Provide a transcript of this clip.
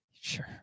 Sure